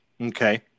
Okay